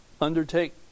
undertake